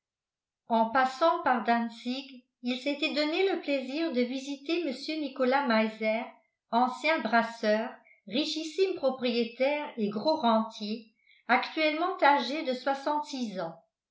en passant par dantzig il s'était donné le plaisir de visiter mr nicolas meiser ancien brasseur richissime propriétaire et gros rentier actuellement âgé de soixante-six ans